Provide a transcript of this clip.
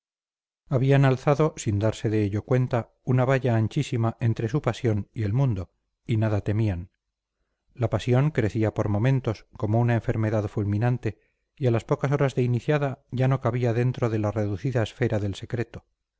habían alzado sin darse de ello cuenta una valla anchísima entre su pasión y el mundo y nada temían la pasión crecía por momentos como una enfermedad fulminante y a las pocas horas de iniciada ya no cabía dentro de la reducida esfera del secreto